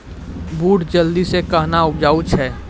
बूट जल्दी से कहना उपजाऊ छ?